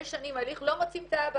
לא מוצאים את האבא,